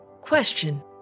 Question